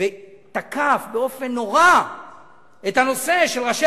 ותקף באופן נורא את הנושא של ראשי